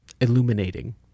illuminating